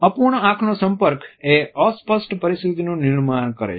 અપૂર્ણ આંખનો સંપર્ક એ અસ્પષ્ટ પરિસ્થિતિનું નિર્માણ કરે છે